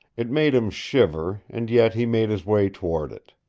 it made him shiver, and yet he made his way toward it.